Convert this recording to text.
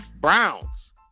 Browns